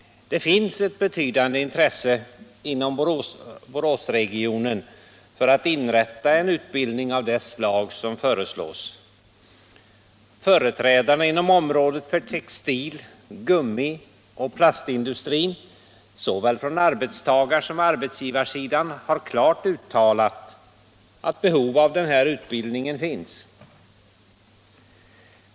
Det finns inom Boråsregionen ett betydande intresse för att inrätta en utbildning av det slag som föreslås. Företrädare för textil-, gummioch plastindustrin, såväl på arbetstagar som på arbetsgivarsidan, har klart uttalat att det finns behov av denna utbildning.